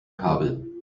kabel